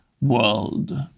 world